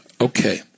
Okay